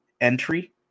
entry